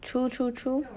true true true